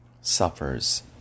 suffers